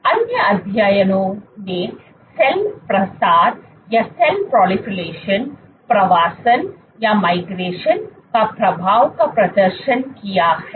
अन्य अध्ययनों ने सेल प्रसार प्रवासन पर प्रभाव का प्रदर्शन किया है